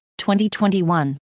2021